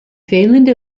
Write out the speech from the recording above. fehlende